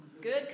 Good